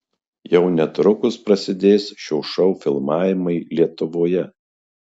jau netrukus prasidės šio šou filmavimai lietuvoje